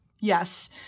Yes